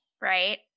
right